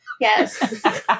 Yes